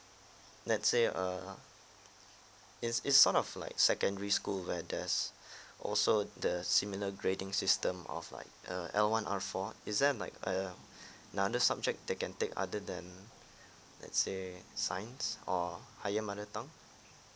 let's say err it's it's sort of like secondary school where there's also the similar grading system of like uh L one R four is there like err another subject that can take other than let's say science or higher mother tongue